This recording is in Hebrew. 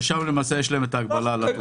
ששם יש להם ההגדרה.